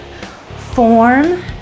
form